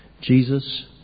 Jesus